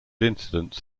incidents